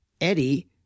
Eddie